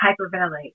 hyperventilate